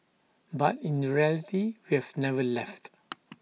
but in reality we've never left